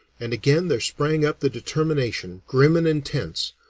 and again there sprang up the determination, grim and intense,